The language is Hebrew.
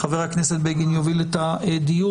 חבר הכנסת בגין יוביל את הדיון,